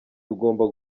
tugomba